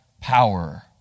power